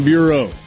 Bureau